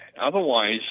otherwise